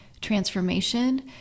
transformation